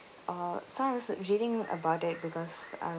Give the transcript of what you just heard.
err so I was reading about it because